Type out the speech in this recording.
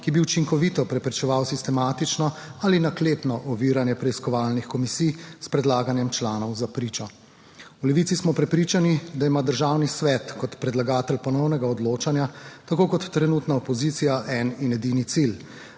ki bi učinkovito preprečeval sistematično ali naklepno oviranje preiskovalnih komisij s predlaganjem članov za pričo. V Levici smo prepričani, da ima Državni svet kot predlagatelj ponovnega odločanja tako kot trenutna opozicija en in edini cilj;